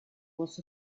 was